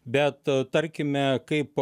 bet tarkime kaip